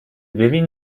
ببین